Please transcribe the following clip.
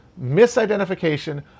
misidentification